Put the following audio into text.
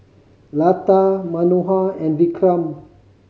Lata Manohar and Vikram